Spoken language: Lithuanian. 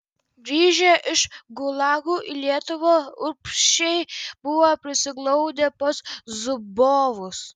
grįžę iš gulagų į lietuvą urbšiai buvo prisiglaudę pas zubovus